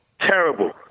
Terrible